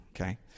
okay